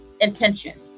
intention